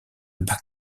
bach